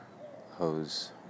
hose